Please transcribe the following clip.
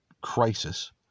crisis